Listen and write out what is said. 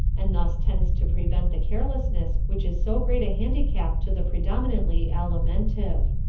and thus tends to prevent the carelessness which is so great a handicap to the predominantly alimentive.